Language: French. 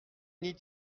n’y